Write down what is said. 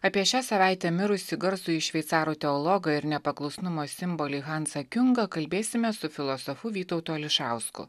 apie šią savaitę mirusį garsųjį šveicarų teologą ir nepaklusnumo simbolį hansą kiunga kalbėsime su filosofu vytautu ališausku